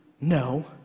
No